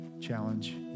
challenge